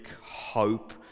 hope